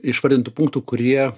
išvardintų punktų kurie